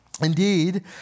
Indeed